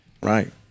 right